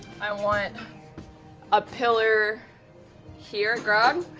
i want a pillar here, grog.